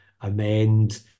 amend